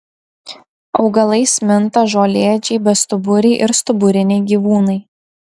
augalais minta žolėdžiai bestuburiai ir stuburiniai gyvūnai